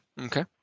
Okay